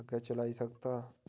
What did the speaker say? अग्गै चलाई सकदा